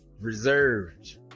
reserved